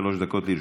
שלוש דקות לרשותך.